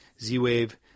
Z-Wave